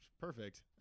Perfect